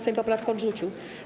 Sejm poprawkę odrzucił.